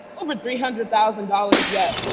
over three hundred thousand dollars, yet,